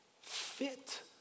fit